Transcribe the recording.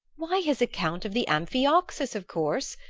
why, his account of the amphioxus, of course!